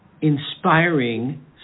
inspiring